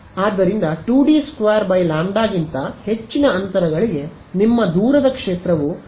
ಆದ್ದರಿಂದ 2D೨ ಲ್ಯಾಂಬ್ಡಾ ಗಿಂತ ಹೆಚ್ಚಿನ ಅಂತರಗಳಿಗೆ ನಿಮ್ಮ ದೂರದ ಕ್ಷೇತ್ರವು ಪ್ರಾರಂಭವಾಗುತ್ತದೆ